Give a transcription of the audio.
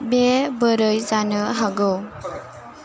बे बोरै जानो हागौ